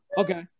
Okay